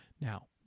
now